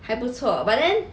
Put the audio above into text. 还不错 but then